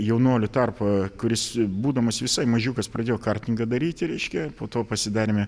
jaunuolių tarpo kuris būdamas visai mažiukas pradėjau kartingą daryti reiškia po to pasidarėme